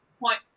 point